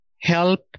help